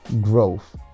growth